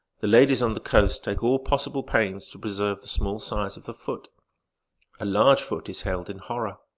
the ladies on the coast take all possible pains to preserve the small size of the foot a large foot is held in horror.